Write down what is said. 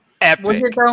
epic